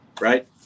right